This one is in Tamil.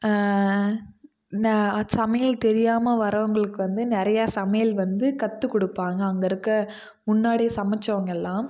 சமையல் தெரியாமல் வர்றவர்களுக்கு வந்து நிறைய சமையல் வந்து கற்றுக் கொடுப்பாங்க அங்கே இருக்க முன்னாடி சமைத்தவங்கெல்லாம்